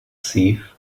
thief